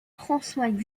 françois